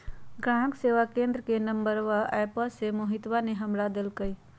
ग्राहक सेवा केंद्र के नंबर एप्प से मोहितवा ने हमरा देल कई